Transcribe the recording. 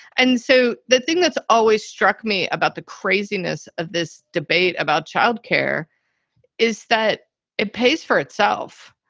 and so the thing that's always struck me about the craziness of this debate about child care is that it pays for itself.